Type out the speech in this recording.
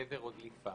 שבר או דליפה.